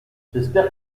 j’espère